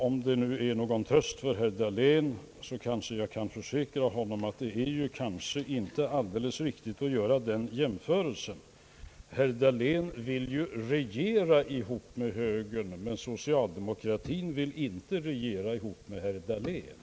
Om det nu är någon tröst för herr Dahlén, kanske jag kan försäkra honom att det inte är alldeles riktigt att göra den jämförelsen. Herr Dahlén vill ju regera ihop med högern, men socialdemokratin vill inte regera ihop med herr Dahlén.